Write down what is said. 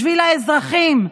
בשביל האזרחים,